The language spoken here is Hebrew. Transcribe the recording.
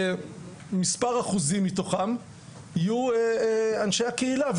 ומספר אחוזים מתוכם יהיו אנשי הקהילה.